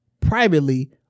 privately